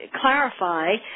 clarify